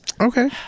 Okay